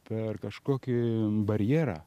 per kažkokį barjerą